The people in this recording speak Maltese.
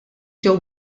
ġew